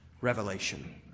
revelation